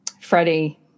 Freddie